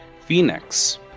Phoenix